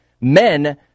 Men